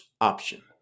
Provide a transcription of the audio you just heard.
option